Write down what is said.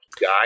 guy